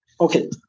Okay